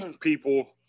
people